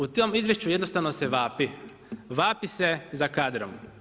U tom izvješću jednostavno se vapi, vapi se za kadrom.